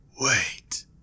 Wait